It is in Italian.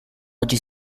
oggi